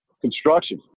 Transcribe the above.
Construction